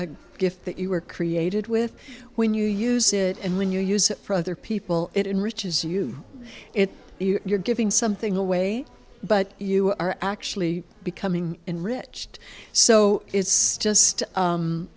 a gift that you were created with when you use it and when you use it for other people it enrich is you it you're giving something away but you are actually becoming enriched so it's just